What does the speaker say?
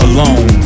Alone